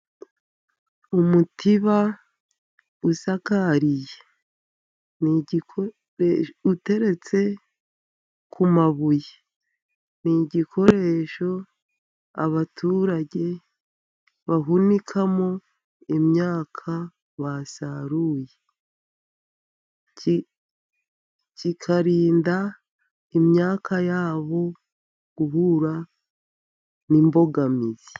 Umutiba usakariye uteretse ku mabuye , n'igikoresho abaturage bahunikamo imyaka basaruye , kikarinda imyaka yabo guhura n'imbogamizi.